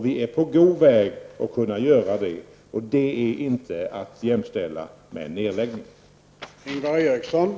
Vi är på god väg att kunna göra det. Det är inte att jämställa med nedläggning.